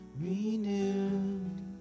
renewed